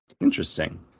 interesting